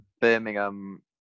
Birmingham